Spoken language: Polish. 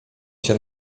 cię